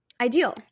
Ideal